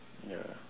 ya